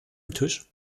tisch